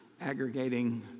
aggregating —